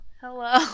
Hello